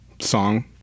song